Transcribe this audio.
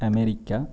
America